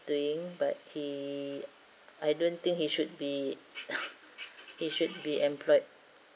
doing but he I don't think he should be he should be employed